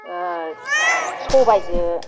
सबायजो